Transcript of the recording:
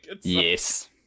Yes